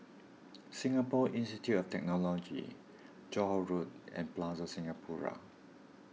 Singapore Institute of Technology Johore Road and Plaza Singapura